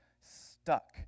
stuck